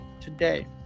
today